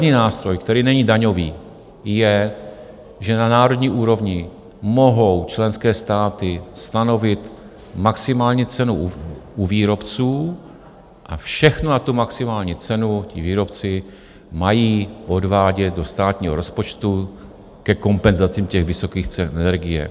První nástroj, který není daňový, je, že na národní úrovni mohou členské státy stanovit maximální cenu u výrobců a všechno nad maximální cenu výrobci mají odvádět do státního rozpočtu ke kompenzaci vysokých cen energie.